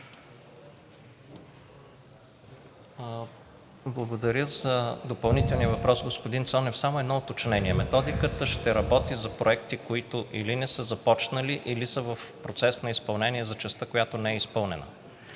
Благодаря за допълнителния въпрос. Господин Цонев, само едно уточнение. Методиката ще работи за проекти, които или не са започнали, или са в процес на изпълнение за частта, която не е изпълнена.